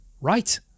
Right